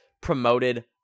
promoted